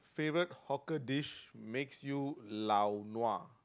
favourite hawker dish makes you lao nua